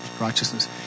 righteousness